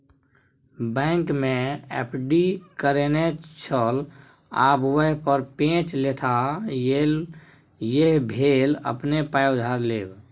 बैंकमे एफ.डी करेने छल आब वैह पर पैंच लेताह यैह भेल अपने पाय उधार लेब